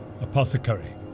Apothecary